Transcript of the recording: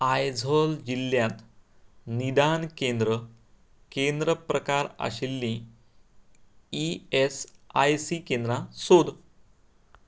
आयझॉल जिल्ल्यांत निदान केंद्र केंद्र प्रकार आशिल्लीं ई एस आय सी केंद्रां सोद